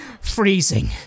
Freezing